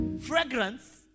Fragrance